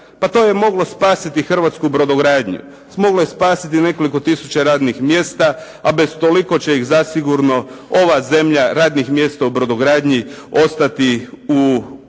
eura to je moglo spasiti hrvatsku brodogradnju, moglo je spasiti nekoliko tisuća radnih mjesta a bez toliko će ih zasigurno ova zemlja radnih mjesta u brodogradnji ostati u godini